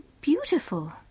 beautiful